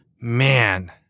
Man